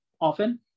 often